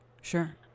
sure